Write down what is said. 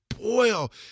boil